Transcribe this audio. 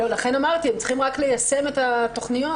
לכן אמרתי שהם צריכים רק ליישם את התכניות.